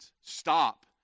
Stop